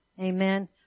Amen